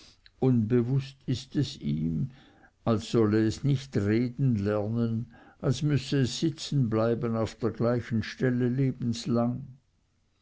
unbewußt ist es ihm als solle es nicht reden lernen als müsse es sitzen bleiben auf der gleichen stelle lebenslang